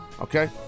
Okay